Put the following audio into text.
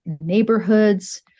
neighborhoods